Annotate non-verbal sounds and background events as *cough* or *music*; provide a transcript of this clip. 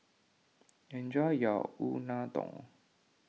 *noise* enjoy your Unadon